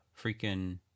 freaking